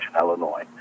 Illinois